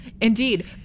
Indeed